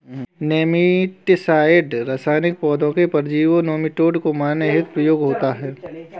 nematicide रसायन पौधों के परजीवी नोमीटोड को मारने हेतु प्रयुक्त होता है